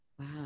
wow